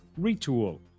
Retool